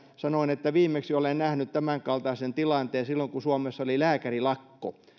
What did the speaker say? sanoin että viimeksi olen nähnyt tämänkaltaisen tilanteen silloin kun suomessa oli lääkärilakko